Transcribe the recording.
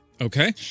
Okay